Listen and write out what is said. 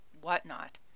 whatnot